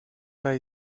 pas